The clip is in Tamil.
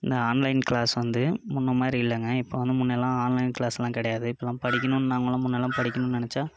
நான் ஆன்லைன் கிளாஸ் வந்து முன்னே மாதிரி இல்லைங்க இப்போ வந்து முன்னெல்லாம் ஆன்லைன் கிளாஸ்யெலாம் கிடையாது இப்பெல்லாம் படிக்கணும்ன் நாங்களாக முன்னெல்லாம் படிக்கணும்ன் நினைச்சா